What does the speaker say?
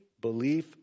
belief